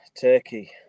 Turkey